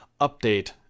update